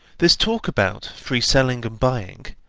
this talk about free selling and buying,